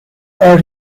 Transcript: are